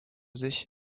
sich